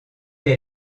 est